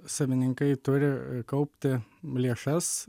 savininkai turi kaupti lėšas